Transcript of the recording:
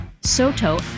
Soto